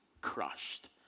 crushed